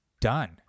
done